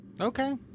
Okay